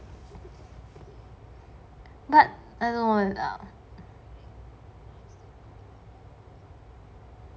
but I don't know lah